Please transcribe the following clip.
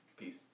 Peace